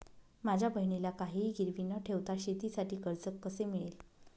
माझ्या बहिणीला काहिही गिरवी न ठेवता शेतीसाठी कर्ज कसे मिळेल?